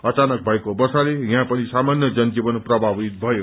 अचानक भएको वर्षाले यहाँ पनि सामान्य जनजीवन प्रभावित भयो